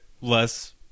less